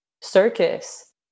circus